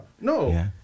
no